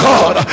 God